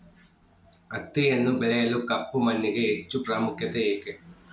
ಹತ್ತಿಯನ್ನು ಬೆಳೆಯಲು ಕಪ್ಪು ಮಣ್ಣಿಗೆ ಹೆಚ್ಚು ಪ್ರಾಮುಖ್ಯತೆ ಏಕೆ?